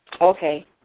Okay